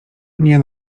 nie